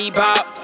bop